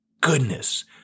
goodness